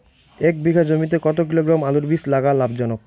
এক বিঘা জমিতে কতো কিলোগ্রাম আলুর বীজ লাগা লাভজনক?